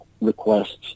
requests